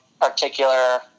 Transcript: particular